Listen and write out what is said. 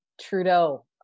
Trudeau